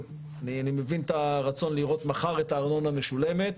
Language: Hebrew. אני מבין את הרצון לראות מחר את הארנונה משולמת,